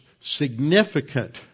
significant